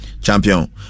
Champion